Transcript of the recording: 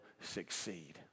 succeed